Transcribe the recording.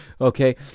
Okay